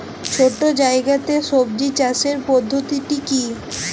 ছোট্ট জায়গাতে সবজি চাষের পদ্ধতিটি কী?